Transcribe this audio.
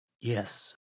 Yes